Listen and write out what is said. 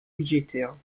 budgétaires